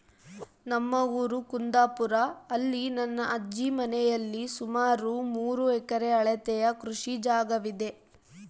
ನಮ್ಮ ಊರು ಕುಂದಾಪುರ, ಅಲ್ಲಿ ನನ್ನ ಅಜ್ಜಿ ಮನೆಯಲ್ಲಿ ಸುಮಾರು ಮೂರು ಎಕರೆ ಅಳತೆಯ ಕೃಷಿ ಜಾಗವಿದೆ